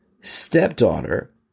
stepdaughter